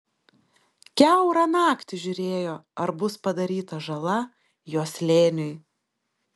kiaurą naktį žiūrėjo ar bus padaryta žala jo slėniui